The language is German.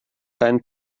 kein